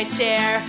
tear